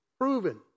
proven